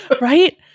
right